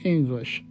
English